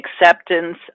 acceptance